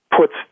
Puts